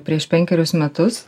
prieš penkerius metus